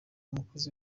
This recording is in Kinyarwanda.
umukozi